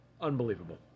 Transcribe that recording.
unbelievable